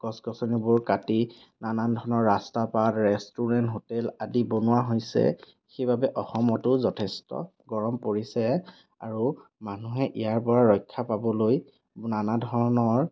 গছ গছনিবোৰ কাটি নানান ধৰণৰ ৰাস্তা বা ৰেষ্টুৰেণ্ট হোটেল আদি বনোৱা হৈছে সেইবাবে অসমতো যথেষ্ট গৰম পৰিছে আৰু মানুহে ইয়াৰ পৰা ৰক্ষা পাবলৈ নানা ধৰণৰ